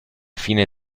fine